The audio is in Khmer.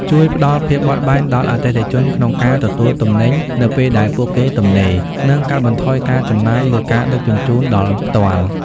ជួយផ្តល់ភាពបត់បែនដល់អតិថិជនក្នុងការទទួលទំនិញនៅពេលដែលពួកគេទំនេរ និងកាត់បន្ថយការចំណាយលើការដឹកជញ្ជូនដល់ផ្ទាល់។